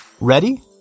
Ready